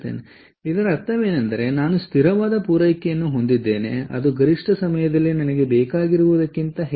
ಆದ್ದರಿಂದ ಇದರ ಅರ್ಥವೇನೆಂದರೆ ನಾನು ಸ್ಥಿರವಾದ ಪೂರೈಕೆಯನ್ನು ಹೊಂದಿದ್ದೇನೆ ಅದು ಗರಿಷ್ಠ ಸಮಯದಲ್ಲಿ ನನಗೆ ಬೇಕಾಗಿರುವುದಕ್ಕಿಂತ ಹೆಚ್ಚು